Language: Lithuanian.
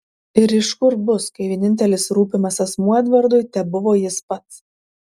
ir iš kur bus kai vienintelis rūpimas asmuo edvardui tebuvo jis pats